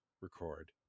record